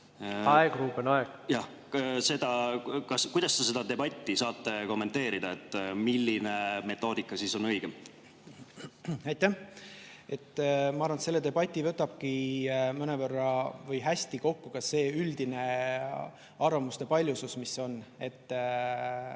Kuidas te seda debatti saate kommenteerida? Milline metoodika siis on õige?